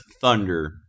Thunder